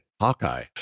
Hawkeye